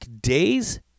days